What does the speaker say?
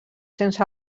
sense